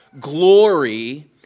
glory